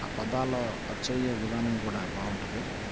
ఆ పదాల అచ్చు అయ్యే విధానం కూడా బాగుంటుంది